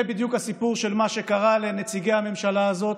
זה בדיוק הסיפור של מה שקרה לנציגי הממשלה הזאת,